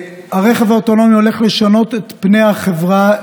הרכב האוטונומי הולך לשנות את פני החברה,